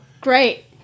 great